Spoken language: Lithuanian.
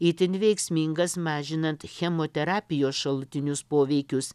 itin veiksmingas mažinant chemoterapijos šalutinius poveikius